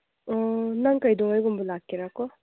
ꯅꯪ ꯀꯩꯗꯧꯉꯩꯒꯨꯝꯕ ꯂꯥꯛꯀꯦꯔꯥꯀꯣ